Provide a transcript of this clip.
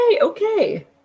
okay